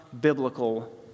biblical